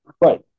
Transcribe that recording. Right